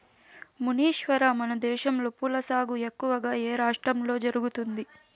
మునీశ్వర, మనదేశంలో పూల సాగు ఎక్కువగా ఏ రాష్ట్రంలో జరుగుతుంది